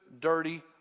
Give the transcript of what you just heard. dirty